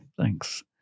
Thanks